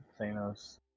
Thanos